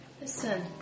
Listen